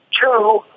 Two